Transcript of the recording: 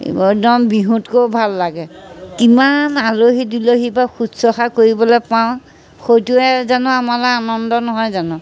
একদম বিহুতকৈও ভাল লাগে কিমান আলহী দিলহী বাৰু শুশ্ৰূষা কৰিবলৈ পাওঁ সেইতোৱে জানো আমাৰ আনন্দ নহয় জানো